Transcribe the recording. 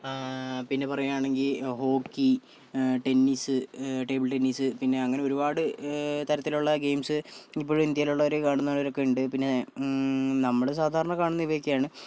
പിന്നെ പറയുകയാണെങ്കിൽ hockey tennis table tennis പിന്നെ അങ്ങനെ ഒരുപാട് തരത്തിലുള്ള ഗെയിംസ് ഇപ്പോഴും ഇന്ത്യയിലുള്ളവർ കാണുന്നവർ ഒക്കെ ഉണ്ട് പിന്നെ നമ്മൾ സാധാരണ കാണുന്നത് ഇതൊക്കെയാണ്